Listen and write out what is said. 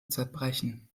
zerbrechen